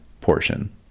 portion